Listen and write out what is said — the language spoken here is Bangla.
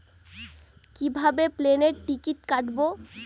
কিভাবে প্লেনের টিকিট কাটব?